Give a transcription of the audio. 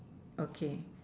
okay